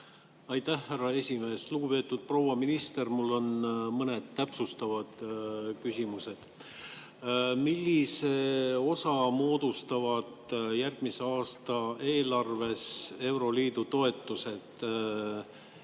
Aitäh, härra esimees! Lugupeetud proua minister! Mul on mõned täpsustavad küsimused. Millise osa moodustavad järgmise aasta eelarves euroliidu toetused